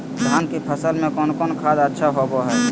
धान की फ़सल में कौन कौन खाद अच्छा होबो हाय?